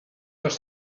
dels